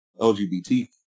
LGBT